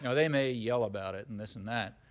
and they may yell about it and this and that.